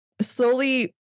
slowly